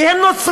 כי הם נוצרים,